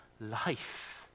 life